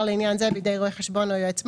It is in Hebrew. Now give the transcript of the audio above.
לעניין זה בידי רואה חשבון או יועץ מס,